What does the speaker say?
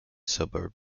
suburb